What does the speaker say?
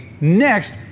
next